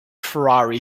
ferrari